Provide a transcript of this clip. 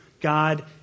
God